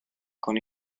con